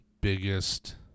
biggest